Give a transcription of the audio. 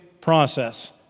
process